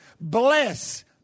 bless